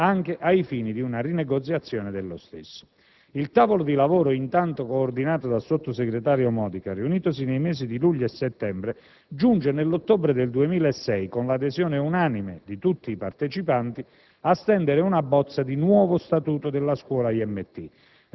anche ai fini di una rinegoziazione dello stesso». Il tavolo di lavoro intanto coordinato dal sottosegretario Modica, riunitosi nei mesi di luglio e settembre, giunge, nell'ottobre 2006, con l'adesione unanime di tutti i partecipanti, a stendere una bozza di nuovo statuto della Scuola IMT.